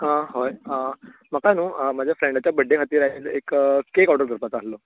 अं हय आं म्हाका न्हू म्हाज्या फ्रॅन्डाच्या बड्डे खातीर आयज एक कॅक ऑर्डर करपाचो आसलो